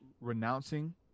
renouncing